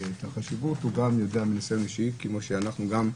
את החשיבות הוא יודע גם מניסיון אישי, כפי שרובנו